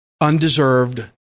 undeserved